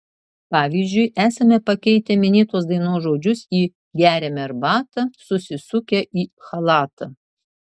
pavyzdžiui esame pakeitę minėtos dainos žodžius į geriame arbatą susisukę į chalatą